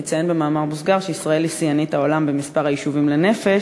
אני אציין במאמר מוסגר שישראל היא שיאנית העולם במספר היישובים לנפש,